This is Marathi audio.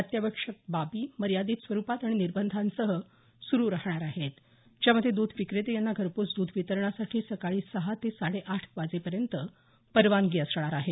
अत्यावश्यक बाबी मर्यादीत स्वरूपात आणि निर्बंधासह सुरू राहणार आहेत ज्यामध्ये द्ध विक्रेते यांना घरपोच द्ध वितरणासाठी सकाळी सहा ते साडे आठ वाजेपर्यंत परवानगी असणार आहे